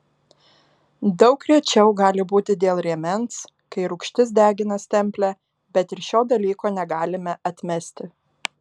daug rečiau gali būti dėl rėmens kai rūgštis degina stemplę bet ir šio dalyko negalime atmesti